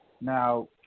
Now